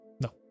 no